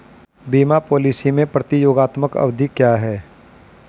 बीमा पॉलिसी में प्रतियोगात्मक अवधि क्या है?